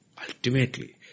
Ultimately